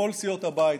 מכל סיעות הבית,